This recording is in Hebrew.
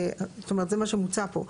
זאת אומרת זה מה שמוצע פה,